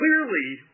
clearly